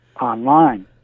online